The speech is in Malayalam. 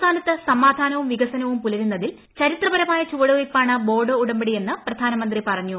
സംസ്ഥാനത്ത് സമാധാനവും വികസനവും പുലരുന്നതിൽ ചരിത്രപരമായ ചുവടുവെപ്പാണ് ബോഡോ ഉടമ്പടിയെന്ന് പ്രധാനമന്ത്രി പറഞ്ഞു